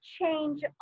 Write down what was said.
change